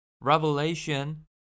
Revelation